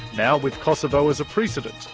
now with kosovo as a precedent,